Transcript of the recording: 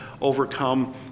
overcome